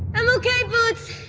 i'm ok, boots